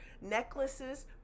necklaces